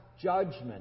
Judgment